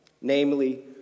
Namely